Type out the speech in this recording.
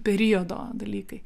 periodo dalykai